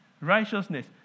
righteousness